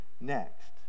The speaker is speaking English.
next